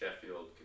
Sheffield